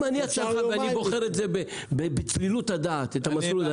אם אני הצרכן ובוחר בצלילות הדעת את המסלול,